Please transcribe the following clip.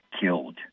killed